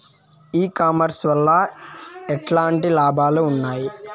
E commerce వల్ల ఎట్లాంటి లాభాలు ఉన్నాయి?